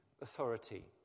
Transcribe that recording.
authority